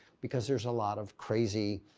because there's a lot of crazy,